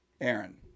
Aaron